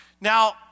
Now